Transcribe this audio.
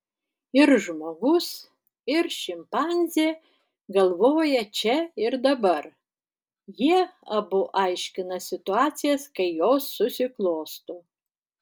ir žmogus ir šimpanzė galvoja čia ir dabar jie abu aiškina situacijas kai jos susiklosto